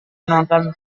menonton